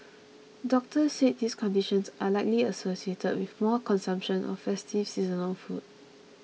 doctors said these conditions are likely associated with more consumption of festive seasonal food